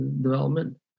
development